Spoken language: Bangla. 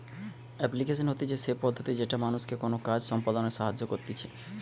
এপ্লিকেশন হতিছে সে পদ্ধতি যেটা মানুষকে কোনো কাজ সম্পদনায় সাহায্য করতিছে